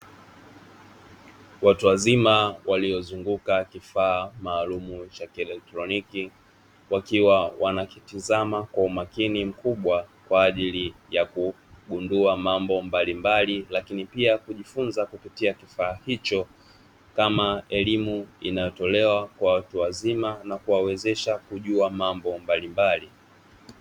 Watu wazima waliozunguka kifaa maalumu cha kielektroniki, wakiwa wanakitizama kwa umakini mkubwa kwa ajili ya kugundua mambo mbalimbali lakini pia kujifunza kupitia kifaa hicho, kama elimu inayotolewa kwa watu wazima na kuwawezesha kujua mambo mbalimbali.